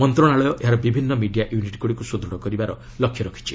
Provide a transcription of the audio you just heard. ମନ୍ତ୍ରଣାଳୟ ଏହାର ବିଭିନ୍ନ ମିଡିଆ ୟୁନିଟ୍ଗୁଡ଼ିକୁ ସୁଦୃଢ଼ କରିବାର ଲକ୍ଷ୍ୟ ରଖିଛି